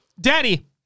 Daddy